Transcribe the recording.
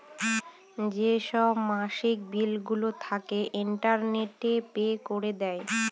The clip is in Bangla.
যেসব মাসিক বিলগুলো থাকে, ইন্টারনেটে পে করে দেয়